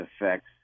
affects